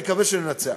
נקווה שננצח,